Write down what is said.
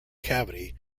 cavity